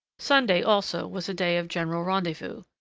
sunday, also, was a day of general rendezvous.